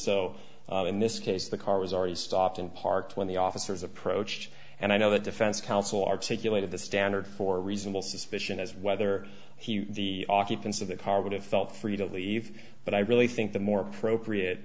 so in this case the car was already stopped and parked when the officers approached and i know that defense counsel articulated the standard for reasonable suspicion as whether he the occupants of the car would have felt free to leave but i really think the more appropriate